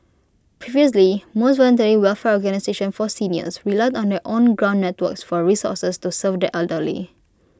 previously most voluntary welfare organisations for seniors relied on their own ground networks for resources to serve the elderly